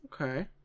okay